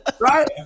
Right